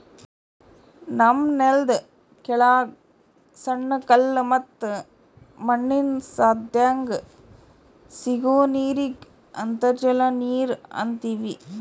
ನಮ್ಮ್ ನೆಲ್ದ ಕೆಳಗ್ ಸಣ್ಣ ಕಲ್ಲ ಮತ್ತ್ ಮಣ್ಣಿನ್ ಸಂಧ್ಯಾಗ್ ಸಿಗೋ ನೀರಿಗ್ ಅಂತರ್ಜಲ ನೀರ್ ಅಂತೀವಿ